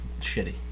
shitty